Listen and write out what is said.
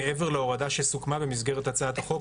מעבר להורדה שסוכמה במסגרת הצעת החוק